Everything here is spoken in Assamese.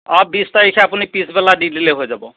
অঁ বিছ তাৰিখে আপুনি পিছবেলা দি দিলেই হৈ যাব